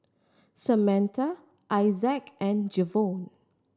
Samatha Isaac and Jevon